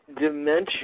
dimension